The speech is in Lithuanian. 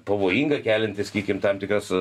pavojinga kelianti sakykim tam tikras